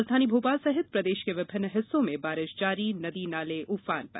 राजधानी भोपाल सहित प्रदेश के विभिन्न हिस्सों में बारिश जारी नदी नाले उफान पर